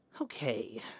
Okay